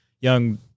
young